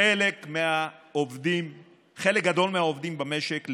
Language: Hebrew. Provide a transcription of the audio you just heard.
חלק גדול מהעובדים במשק,